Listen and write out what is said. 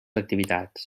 activitats